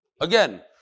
Again